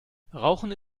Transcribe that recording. rauchen